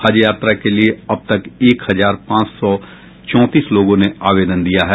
हज यात्रा के लिये अब तक एक हजार पांच सौ चौंतीस लोगों ने आवेदन दिया है